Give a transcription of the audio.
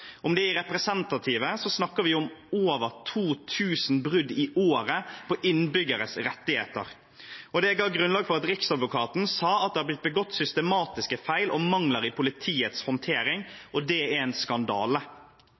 Om de er representative, snakker vi om over 2 000 brudd på innbyggeres rettigheter i året. Det ga grunnlag for at riksadvokaten sa at det har blitt begått systematiske feil og har vært mangler i politiets håndtering, og det er en skandale.